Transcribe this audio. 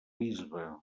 bisbe